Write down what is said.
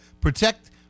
Protect